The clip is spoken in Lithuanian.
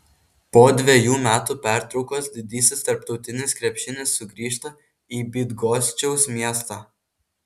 po dvejų metų pertraukos didysis tarptautinis krepšinis sugrįžta į bydgoščiaus miestą